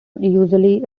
visually